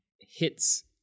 hits